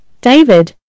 David